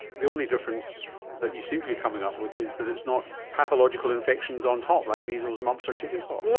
the only difference that you seem to be coming up with is that it's not pathological infections on top, like measles, mumps or chicken pox.